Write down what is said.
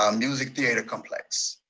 um music theater complex.